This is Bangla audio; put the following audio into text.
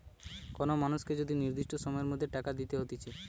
কোন মানুষকে যদি নির্দিষ্ট সময়ের মধ্যে টাকা দিতে হতিছে